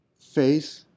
Faith